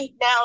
now